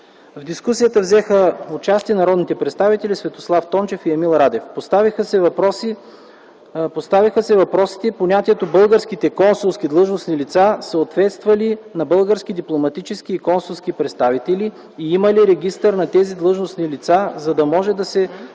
В дискусията взеха участие народните представители Светослав Тончев и Емил Радев. Поставиха се въпросите понятието „български консулски длъжностни лица” съответства ли на „български дипломатически и консулски представители” и има ли регистър на тези длъжностни лица, за да може да се